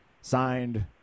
signed